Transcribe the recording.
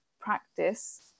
practice